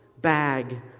bag